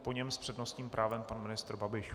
Po něm s přednostním právem pan ministr Babiš.